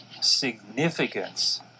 significance